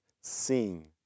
sing